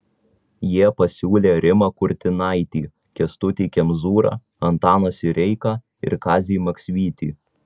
jie pasiūlė rimą kurtinaitį kęstutį kemzūrą antaną sireiką ir kazį maksvytį